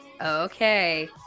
Okay